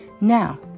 Now